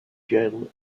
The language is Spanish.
jill